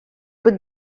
put